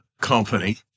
company